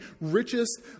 richest